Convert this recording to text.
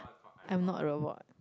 I'm not a robot